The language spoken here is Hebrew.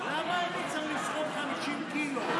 למה אני צריך לסחוב 50 קילו?